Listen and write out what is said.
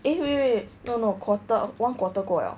eh wait wait no no quarter one quarter 过 liao